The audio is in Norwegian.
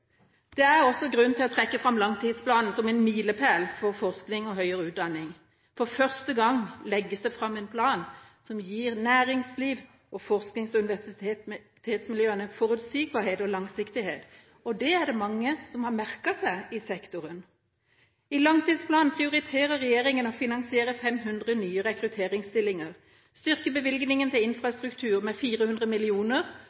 Det er også grunn til å trekke fram langtidsplanen som en milepæl for forskning og høyere utdanning. For første gang legges det fram en plan som gir næringslivet og forsknings- og universitetsmiljøene forutsigbarhet og langsiktighet. Det er det mange som har merket seg i sektoren. I langtidsplanen prioriterer regjeringa å finansiere 500 nye rekrutteringsstillinger, styrke bevilgninga til